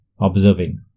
observing